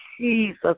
Jesus